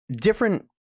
different